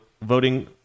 Voting